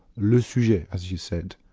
le sujet, as you said,